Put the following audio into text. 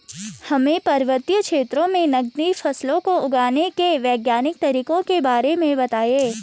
हमें पर्वतीय क्षेत्रों में नगदी फसलों को उगाने के वैज्ञानिक तरीकों के बारे में बताइये?